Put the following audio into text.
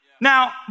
Now